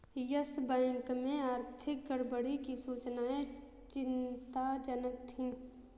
yes Bank में आर्थिक गड़बड़ी की सूचनाएं चिंताजनक थी